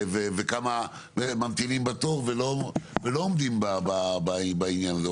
וכמה ממתינים בתור ולא עומדים בעניין הזה?